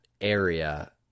area